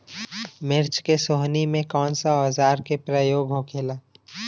मिर्च के सोहनी में कौन सा औजार के प्रयोग होखेला?